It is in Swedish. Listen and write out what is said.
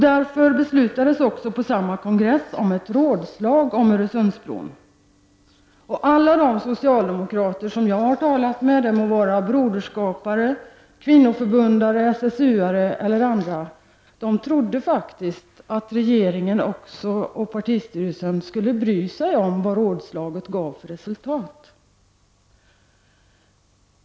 Därför beslutade också samma kongress om ett rådslag om Öresundsbron. Alla de socialdemokrater som jag talat med — det må vara broderskapare, kvinnoförbundare, SSU-are eller andra — trodde faktiskt att regeringen och partistyrelsen skulle bry sig om det resultat som rådslaget gav.